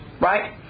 right